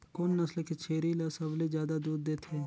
कोन नस्ल के छेरी ल सबले ज्यादा दूध देथे?